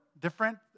different